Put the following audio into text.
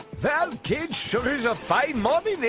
val kid sure is a fine